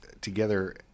together